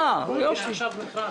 אה, יופי.